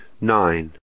Nine